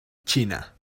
china